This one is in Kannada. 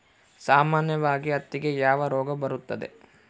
ಸಾಮಾನ್ಯವಾಗಿ ಹತ್ತಿಗೆ ಯಾವ ರೋಗ ಬರುತ್ತದೆ?